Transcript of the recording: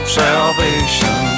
salvation